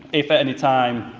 if, at any time,